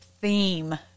theme